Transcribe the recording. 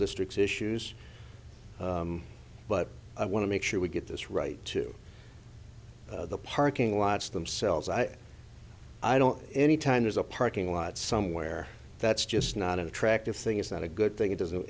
district's issues but i want to make sure we get this right too parking lots themselves i i don't any time there's a parking lot somewhere that's just not an attractive thing it's not a good thing it doesn't